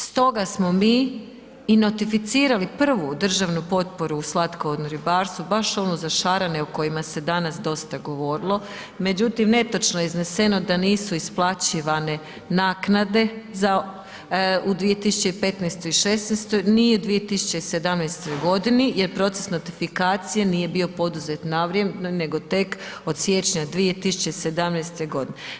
Stoga smo i notificirali prvu državnu potporu u slatkovodnom ribarstvu naš ono za šarane o kojima se danas dosta govorilo, međutim netočno je izneseno da nisu isplaćivane naknade u 2015. i 2016. ni u 2017. g. jer proces notifikacije nije bio poduzet na vrijeme nego tek od siječnja 2017. godine.